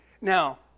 Now